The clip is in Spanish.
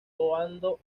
cuando